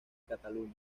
cataluña